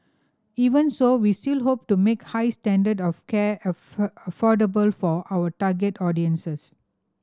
even so we still hope to make high standard of care affordable for our target audience